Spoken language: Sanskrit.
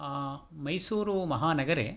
मैसूरुमहानगरे